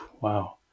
wow